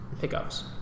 pickups